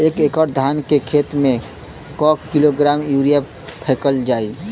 एक एकड़ धान के खेत में क किलोग्राम यूरिया फैकल जाई?